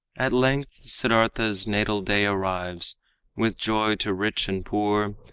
at length siddartha's natal day arrives with joy to rich and poor,